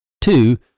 two